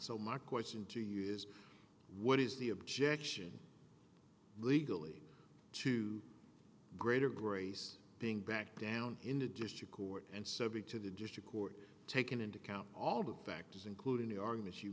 so my question to you is what is the objection legally to greater grace being backed down in a district court and subject to the district court taken into account all the factors including the arguments you